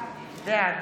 בעד